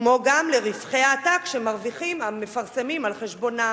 כמו גם לרווחי העתק שמרוויחים המפרסמים על חשבונן.